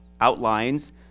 outlines